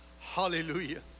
Hallelujah